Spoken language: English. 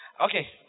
Okay